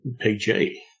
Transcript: PG